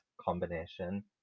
combination